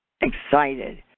excited